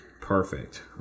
Perfect